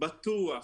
בטוח,